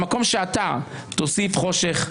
במקום שאתה תוסיף חושך,